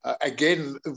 again